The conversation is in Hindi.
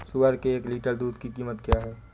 सुअर के एक लीटर दूध की कीमत क्या है?